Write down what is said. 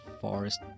forest